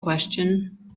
question